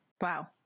Wow